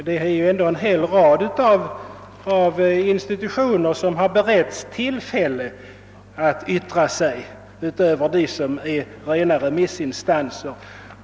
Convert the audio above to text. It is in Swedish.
Det är ändå en hel rad av institutioner som har beretts tillfälle att yttra sig utöver dem som är rena remissinstanser.